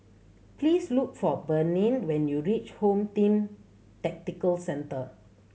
please look for Breanne when you reach Home Team Tactical Centre